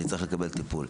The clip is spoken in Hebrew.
אני צריך לקבל טיפול.